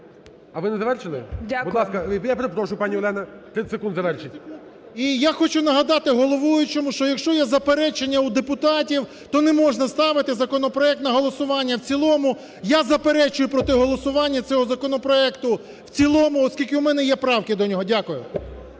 А ви не завершили? Будь ласка. Я перепрошую, пані Олена. 30 секунд завершіть. 17:15:58 ВЛАСЕНКО С.В. І я хочу нагадати головуючому, що якщо є заперечення у депутатів, то не можна ставити законопроект на голосування в цілому. Я заперечую проти голосування цього законопроекту в цілому, оскільки в мене є правки до нього.